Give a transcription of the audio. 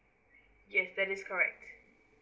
yes that is correct